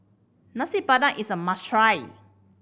Nasi Padang is a must try